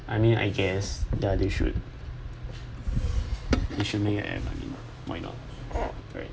I mean I guess ya they should they should make available why not right